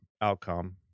outcome